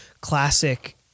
classic